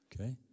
Okay